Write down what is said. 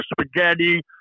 spaghetti